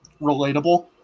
relatable